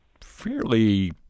fairly